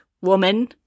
woman